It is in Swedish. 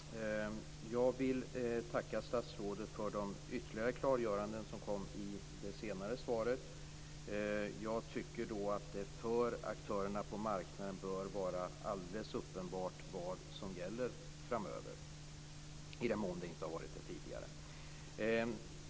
Fru talman! Jag vill tacka statsrådet för de ytterligare klargöranden som kom i det senare inlägget. Jag tycker att det för aktörerna på marknaden bör vara alldeles uppenbart vad som gäller framöver, i den mån det inte har varit det tidigare.